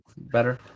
Better